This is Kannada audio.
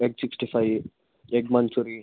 egg sixty five egg manchurian